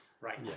right